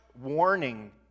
warning